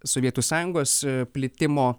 sovietų sąjungos plitimo